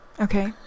okay